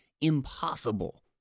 impossible